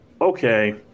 okay